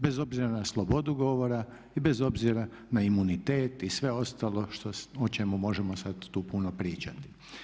Bez obzira na slobodu govora i bez obzira na imunitet i sve ostalo o čemu možemo sad tu puno pričati.